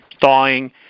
thawing